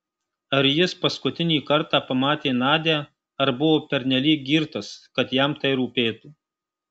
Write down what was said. ar jis paskutinį kartą pamatė nadią ar buvo pernelyg girtas kad jam tai rūpėtų